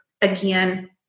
again